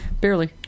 barely